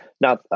now